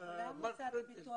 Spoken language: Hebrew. עוד פעם,